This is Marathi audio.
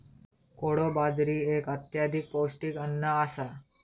कोडो बाजरी एक अत्यधिक पौष्टिक अन्न आसा